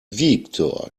viktor